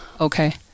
Okay